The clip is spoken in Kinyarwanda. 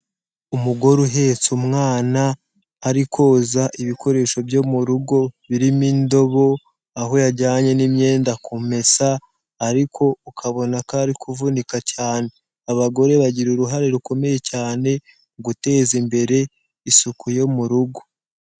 Umugore uhetse umwana ari koza ibikoresho byo mu rugo birimo indobo, aho yajyanye n'imyenda kumesa ariko ukabona ko ari kuvunika cyane. Abagore bagira uruhare rukomeye cyane mu guteza imbere isuku yo mu rugo.